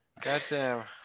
Goddamn